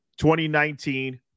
2019